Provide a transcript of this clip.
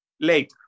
later